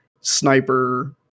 sniper